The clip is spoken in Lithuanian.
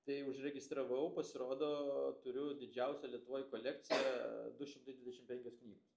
tai užregistravau pasirodo turiu didžiausią lietuvoj kolekciją du šimtai dvidešim penkios knygos